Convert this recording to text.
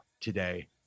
today